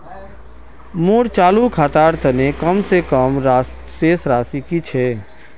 मोर चालू खातार तने कम से कम शेष राशि कि छे?